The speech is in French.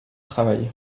travail